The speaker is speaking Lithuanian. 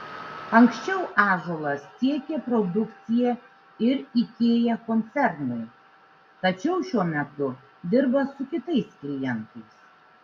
anksčiau ąžuolas tiekė produkciją ir ikea koncernui tačiau šiuo metu dirba su kitais klientais